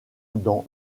dans